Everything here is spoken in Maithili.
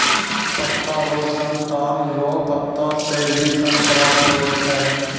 पत्ता रो सन ताड़ रो पत्ता से भी सन प्राप्त हुवै छै